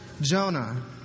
Jonah